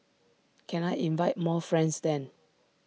can I invite more friends then